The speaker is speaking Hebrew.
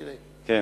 בבקשה.